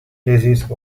disease